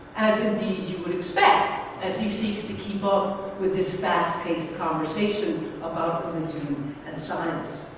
as indeed you would expect, as he seems to keep up with this fast-paced conversation about religion and science.